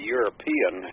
European